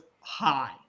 high